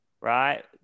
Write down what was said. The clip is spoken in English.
right